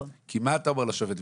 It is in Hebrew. כי מה אתה אומר לשופט?